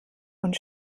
und